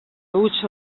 huts